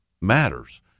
matters